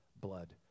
blood